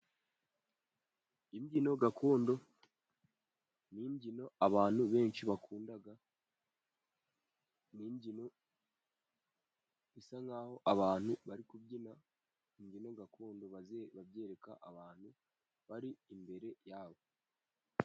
Imbyino gakondo ni imbyino abantu benshi bakunda. Ni imbyino bisa nk'aho abantu bari kubyina. Imbyino gakondo babyereka abantu bari imbere yabo.